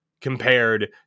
compared